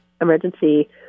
Emergency